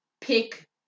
pick